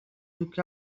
took